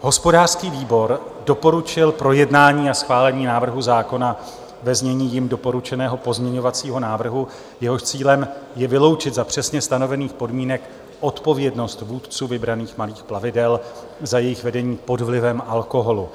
Hospodářský výbor doporučil projednání a schválení návrhu zákona ve znění jím doporučeného pozměňovacího návrhu, jehož cílem je vyloučit za přesně stanovených podmínek odpovědnost vůdců vybraných malých plavidel za jejich vedení pod vlivem alkoholu.